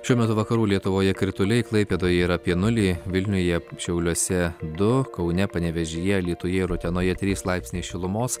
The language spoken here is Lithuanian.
šiuo metu vakarų lietuvoje krituliai klaipėdoje yra apie nulį vilniuje šiauliuose du kaune panevėžyje alytuje ir utenoje trys laipsniai šilumos